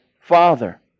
father